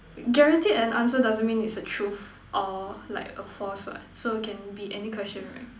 guaranteed an answer doesn't mean it's a truth or like a false what so can be any question right